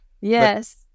Yes